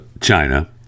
China